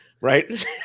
right